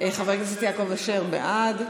יעקב אשר, בעד,